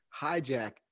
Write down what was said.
hijack